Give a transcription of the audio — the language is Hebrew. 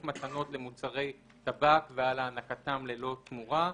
מתנות למוצרי טבק ועל הענקתם ללא תמורה.